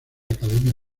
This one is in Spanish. academia